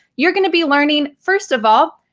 you're gonna be learning, first of all,